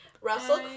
Russell